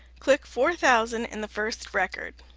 click four thousand in the first record.